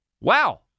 wow